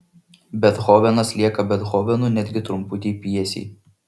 bethovenas lieka bethovenu netgi trumputėj pjesėj